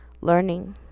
learning